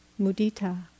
mudita